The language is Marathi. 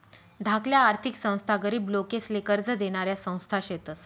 धाकल्या आर्थिक संस्था गरीब लोकेसले कर्ज देनाऱ्या संस्था शेतस